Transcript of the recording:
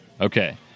Okay